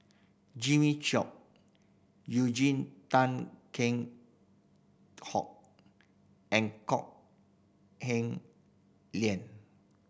Jimmy Chok Eugene Tan King Hoon and Kok Heng